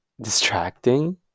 distracting